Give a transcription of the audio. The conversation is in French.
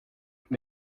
mais